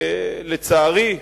לצערי,